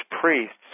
priests